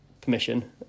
permission